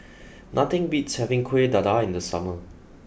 nothing beats having Kueh Dadar in the summer